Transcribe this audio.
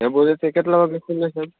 laboratory કેટલાં વાગે ખૂલે સાહેબ